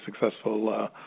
successful